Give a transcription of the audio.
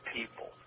people